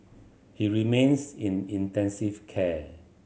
he remains in intensive care